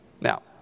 now